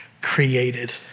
created